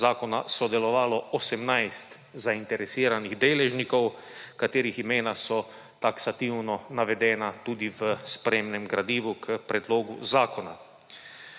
zakona sodelovalo 18 zainteresiranih deležnikov, katerih imena so taksativno navedena tudi v spremnem gradivu k predlogu zakona.